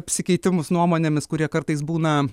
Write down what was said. apsikeitimus nuomonėmis kurie kartais būna